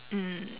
mm